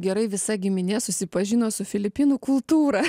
gerai visa giminė susipažino su filipinų kultūra